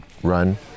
Run